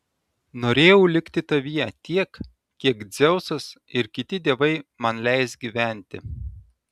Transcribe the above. norėjau likti tavyje tiek kiek dzeusas ir kiti dievai man leis gyventi